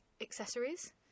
accessories